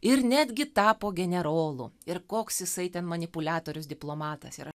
ir netgi tapo generolu ir koks jisai ten manipuliatorius diplomatas yra